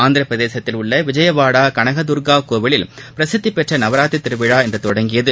ஆந்திரப்பிரதேசத்தில் உள்ள விஜயவாடா கனகதர்கா கோவிலில் பிரசித்தி பெற்ற நவராத்திரி திருவிழா இன்று தொடங்கியது